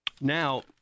Now